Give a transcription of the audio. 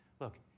look